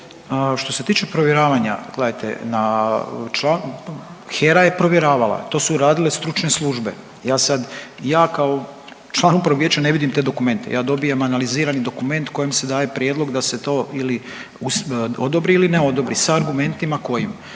Što se tiče provjeravanja, gledajte HERA je provjeravala. To su radile stručne službe. Ja sad, ja kao član Upravnog vijeća ne vidim te dokumente. Ja dobijem analizirani dokument kojim se daje prijedlog da se to ili odobri ili ne odobri sa argumentima kojim.